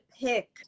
pick